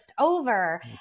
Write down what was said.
over